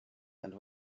and